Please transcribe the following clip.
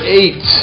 eight